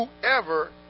whoever